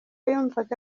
yumvaga